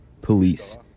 police